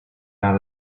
not